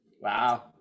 Wow